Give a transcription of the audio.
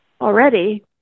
already